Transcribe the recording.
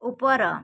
ଉପର